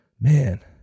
man